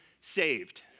saved